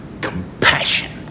compassion